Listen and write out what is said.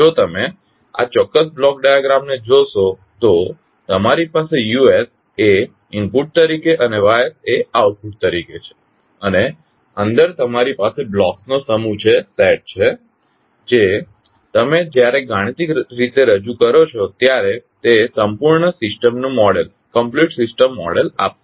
જો તમે આ ચોક્કસ બ્લોક ડાયાગ્રામને જોશો તો તમારી પાસે Uએ ઇનપુટ તરીકે અને Yએ આઉટપુટ તરીકે છે અને અંદર તમારી પાસે બ્લોક્સ નો સમૂહ છે જે તમે જ્યારે ગાણિતિક રીતે રજૂ કરો છો ત્યારે તે સંપૂર્ણ સિસ્ટમનું મોડેલ આપશે